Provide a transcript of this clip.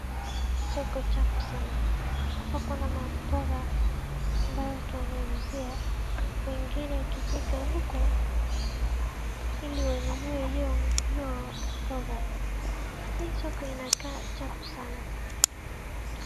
Soko chafu sana. Hapa kuna mamboga ambayo watu wanauzia, wengine wanafika huko ili wanunue hiyo mboga. Hii soko ina kaa chafu sana.